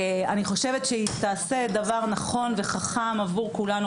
חושבת שהיא תעשה דבר נכון וחכם עבור כולנו.